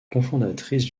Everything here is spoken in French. cofondatrice